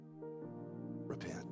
Repent